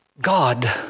God